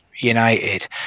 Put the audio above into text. United